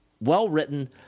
well-written